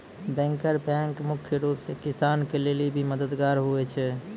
banker bank मुख्य रूप से किसान के लेली भी मददगार हुवै छै